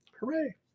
Hooray